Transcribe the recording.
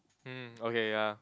mm okay ya